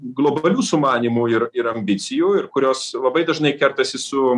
globalių sumanymų ir ir ambicijų ir kurios labai dažnai kertasi su